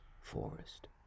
forest